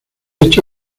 derecho